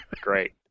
Great